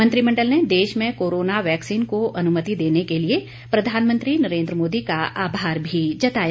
मंत्रिमंडल ने देश में कोरोना वैक्सीन को अनुमति देने के लिए प्रधानमंत्री नरेंद्र मोदी का आभार भी जताया